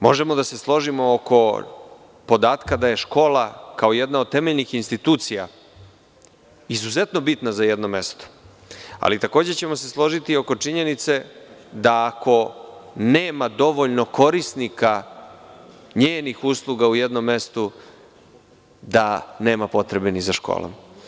Možemo da složimo oko podatka da je škola kao jedna od temeljnih institucija izuzetno bitna za jedno mesto, ali takođe ćemo se složiti oko činjenice daako nema dovoljno korisnika njenih usluga u jednom mestu, da nema potrebe ni za školom.